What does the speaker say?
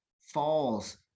falls